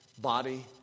Body